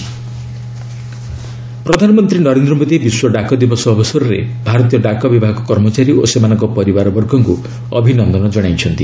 PM world post day ପ୍ରଧାନମନ୍ତ୍ରୀ ନରେନ୍ଦ୍ର ମୋଦି ବିଶ୍ୱ ଡାକ ଦିବସ ଅବସରରେ ଭାରତୀୟ ଡାକ ବିଭାଗ କର୍ମଚାରୀ ଓ ସେମାନଙ୍କ ପରିବାରବର୍ଗଙ୍କୁ ଅଭିନନ୍ଦନ ଜଣାଇଛନ୍ତି